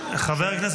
מנחם בגין.